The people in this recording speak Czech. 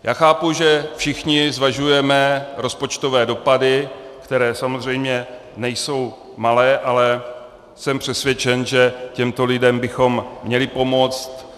Já chápu, že všichni zvažujeme rozpočtové dopady, které samozřejmě nejsou malé, ale jsem přesvědčen, že těmto lidem bychom měli pomoci.